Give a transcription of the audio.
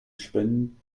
spenden